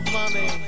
money